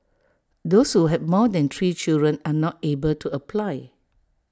those who have more than three children are not able to apply